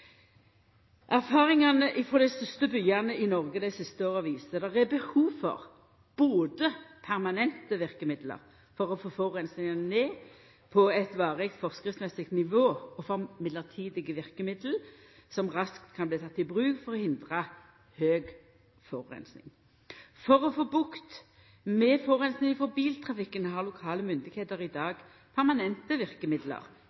Erfaringane frå dei største byane i Noreg dei siste åra viser at det er behov både for permanente verkemiddel for å få forureininga ned på eit varig forskriftsmessig nivå og for mellombelse verkemiddel som raskt kan bli tekne i bruk for å hindra høg forureining. For å få bukt med forureininga frå biltrafikken har lokale myndigheiter i